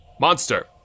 Monster